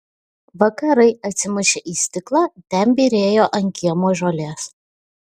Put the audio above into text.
vakarai atsimušę į stiklą ten byrėjo ant kiemo žolės